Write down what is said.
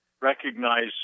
recognize